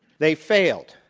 they failed.